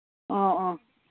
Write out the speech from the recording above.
ꯑꯥ ꯑꯥ